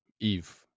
Eve